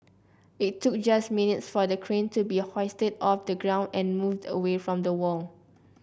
it took just minutes for the crane to be hoisted off the ground and moved away from the wall